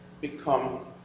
become